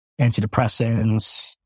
antidepressants